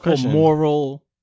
moral